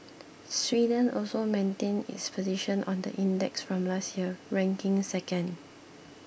Sweden also maintained its position on the index from last year ranking second